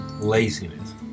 laziness